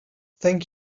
thank